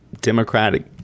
Democratic